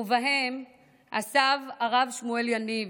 ועימה הסב הרב שמואל יניב,